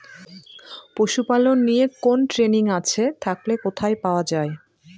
পশুপালন নিয়ে কোন ট্রেনিং আছে থাকলে কোথায় পাওয়া য়ায়?